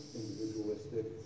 individualistic